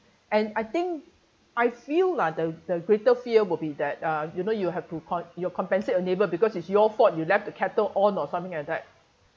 and I think I feel lah the the greater fear will be that uh you know you have to con~ you have to compensate your neighbour because it's your fault you left the kettle on or something like that